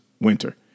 winter